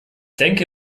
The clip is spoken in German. denke